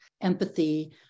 empathy